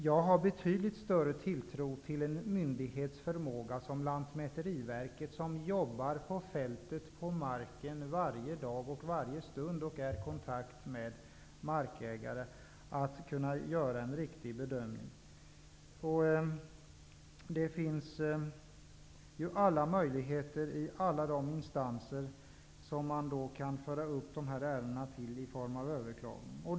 Jag har betydligt större tilltro till en myndighets, såsom Lantmäteriverkets, förmåga. Lantmäteriverket jobbar på fältet varje dag och har kontakt med markägare och har därför förutsättningar att kunna göra en riktig bedömning. Det finns ju alla möjligheter att överklaga i alla instanser.